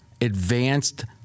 advanced